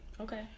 okay